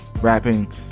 rapping